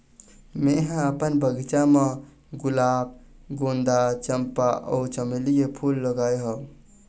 मेंहा अपन बगिचा म गुलाब, गोंदा, चंपा अउ चमेली के फूल लगाय हव